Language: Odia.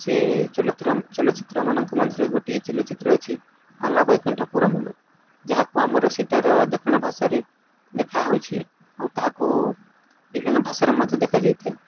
ସେ ଚଳଚ୍ଚିତ୍ରମାନଙ୍କ ମଧ୍ୟରେ ଗୋଟିଏ ଚଳଚ୍ଚିତ୍ର ଅଛି ଆଲା ବୈକଣ୍ଠା ପୁରମୂଲ ଯାହାକୁ ଆମର ସେଠାର ଦକ୍ଷିଣ ଭାଷାରେ ଲେଖା ହୋଇଛି ଆଉ ତାହାକୁ ବିଭିନ୍ନ ଭାଷାରେ ମଧ୍ୟ ଦେଖାଯାଇଥାଏ